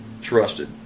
trusted